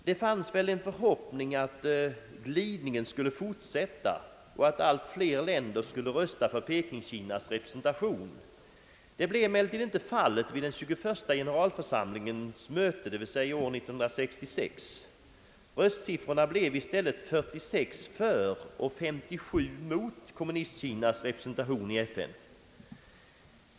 Det fanns väl en förhoppning att glidningen skulle fortsätta så att allt flera skulle rösta för Pekingkinas representation. Det blev emellertid inte fallet vid den 21:a generalförsamlingen d. v. s. år 1966. Röstsiffrorna blev i stället 46 för och 37 mot Kommunistkinas representation i FN.